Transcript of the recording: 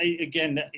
again